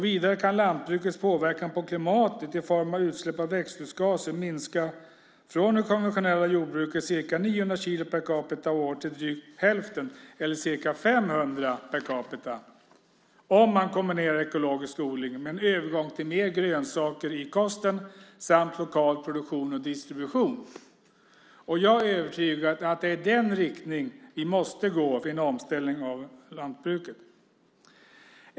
Vidare kan lantbrukets påverkan på klimatet i form av utsläpp av växthusgaser minska från det konventionella jordbrukets ca 900 kilo per capita och år till drygt hälften, ca 500 kilo per capita och år, om man kombinerar ekologisk odling med en övergång till mer grönsaker i kosten samt lokal produktion och distribution. Jag är övertygad om att det är i den riktningen vi måste gå vid en omställning av lantbruket.